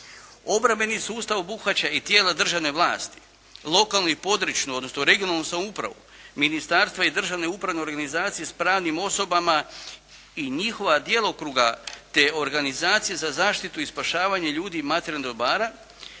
Obrambeni sustav obuhvaća i tijela državne vlasti, lokalnu i područnu, odnosno regionalnu samoupravu, ministarstva i državne upravne organizacije s pravnim osobama i njihova djelokruga, te Organizacije za zaštitu i spašavanje ljudi i materijalnih dobara